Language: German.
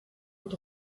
und